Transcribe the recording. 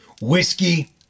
Whiskey